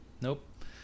Nope